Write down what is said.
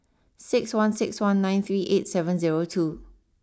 six one six one nine three eight seven zero two